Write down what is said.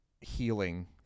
healing